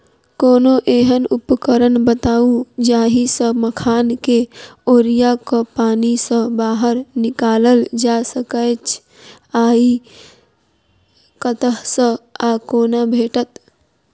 कोनों एहन उपकरण बताऊ जाहि सऽ मखान केँ ओरिया कऽ पानि सऽ बाहर निकालल जा सकैच्छ आ इ कतह सऽ आ कोना भेटत?